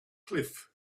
cliff